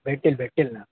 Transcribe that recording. भेटेल भेटेल ना